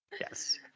Yes